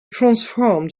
transformed